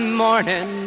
morning